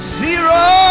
zero